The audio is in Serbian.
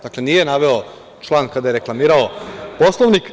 Dakle, nije naveo član kada je reklamirao Poslovnik.